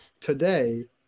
today